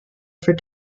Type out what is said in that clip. for